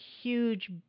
huge